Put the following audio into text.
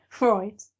Right